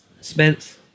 Spence